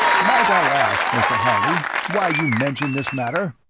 might i ask, mr. harley, why you mention this matter?